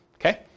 Okay